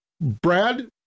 Brad